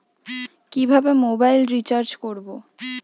কিভাবে mobile recharge করব?